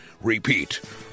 Repeat